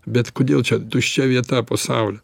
bet kodėl čia tuščia vieta pasauly